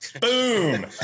Boom